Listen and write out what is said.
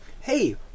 hey